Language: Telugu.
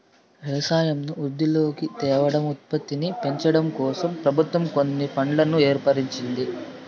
వ్యవసాయంను వృద్ధిలోకి తేవడం, ఉత్పత్తిని పెంచడంకోసం ప్రభుత్వం కొన్ని ఫండ్లను ఏర్పరిచింది